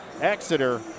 Exeter